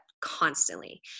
constantly